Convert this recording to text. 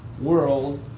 world